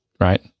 right